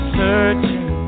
searching